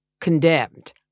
condemned